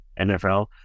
NFL